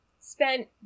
spent